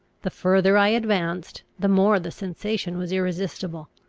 the further i advanced, the more the sensation was irresistible.